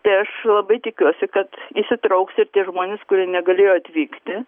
tai aš labai tikiuosi kad įsitrauks ir tie žmonės kurie negalėjo atvykti